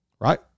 Right